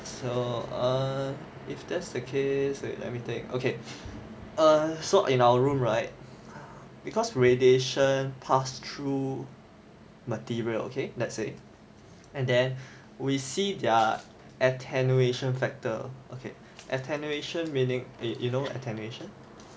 so err if that's the case wait let me think okay err so in our room right because radiation pass through material okay let's say and then we see their attenuation factor okay attenuation meaning a you know attenuation